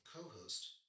co-host